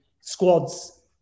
squads